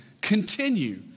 continue